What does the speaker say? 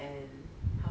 and